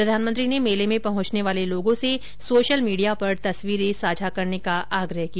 प्रधानमंत्री ने मेले में पहुंचने वाले लोगों से सोशल मीडिया पर तसवीरें साझा करने का आग्रह किया